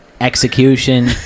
Execution